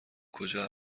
کجا